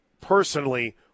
personally